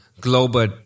global